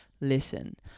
listen